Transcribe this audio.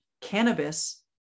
cannabis